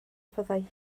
fyddai